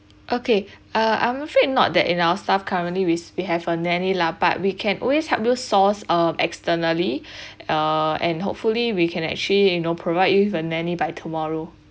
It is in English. okay uh I'm afraid not that in our staff currently with we have a nanny lah but we can always help you source uh externally uh and hopefully we can actually you know provide you with a nanny by tomorrow